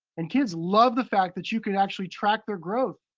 and kids love the fact that you can actually track their growth.